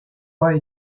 pas